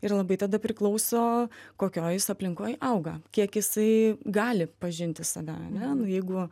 ir labai tada priklauso kokioj jis aplinkoj auga kiek jisai gali pažinti save ane nu jeigu